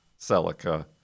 Celica